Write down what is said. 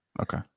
Okay